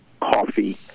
coffee